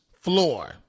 floor